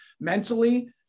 mentally